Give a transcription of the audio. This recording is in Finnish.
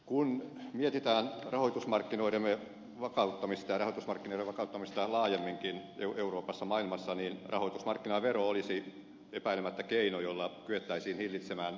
kun mietitään rahoitusmarkkinoidemme vakauttamista ja rahoitusmarkkinoiden vakauttamista laajemminkin euroopassa maailmassa niin rahoitusmarkkinavero olisi epäilemättä keino jolla kyettäisiin hillitsemään spekulointia